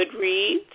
Goodreads